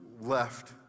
left